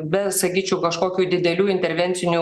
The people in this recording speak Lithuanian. be sakyčiau kažkokių didelių intervencinių